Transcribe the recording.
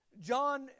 John